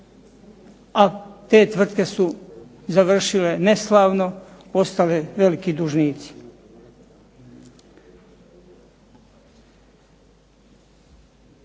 a te tvrtke su završile neslavno, ostale veliki dužnici.